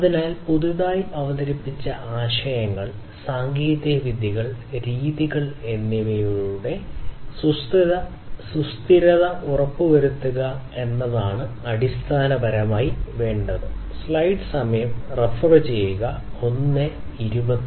അതിനാൽ പുതുതായി അവതരിപ്പിച്ച ആശയങ്ങൾ സാങ്കേതികവിദ്യകൾ രീതികൾ എന്നിവയുടെ സുസ്ഥിരത ഉറപ്പുവരുത്തുക എന്നതാണ് അടിസ്ഥാനപരമായി വേണ്ടത്